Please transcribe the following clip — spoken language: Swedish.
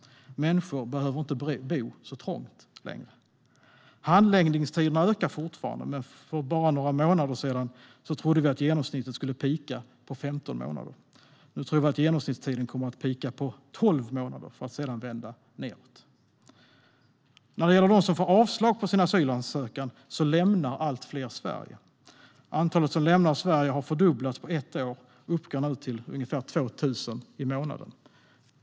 Människor behöver inte längre bo så trångt. Handläggningstiderna ökar fortfarande, men för bara några månader sedan trodde vi att genomsnittet skulle peaka på 15 månader. Nu tror vi att genomsnittstiden kommer att peaka på 12 månader för att sedan vända nedåt. När det gäller dem som får avslag på sin asylansökan lämnar allt fler Sverige. Antalet som lämnar Sverige har fördubblats på ett år och uppgår nu till ungefär 2 000 i månaden.